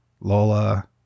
Lola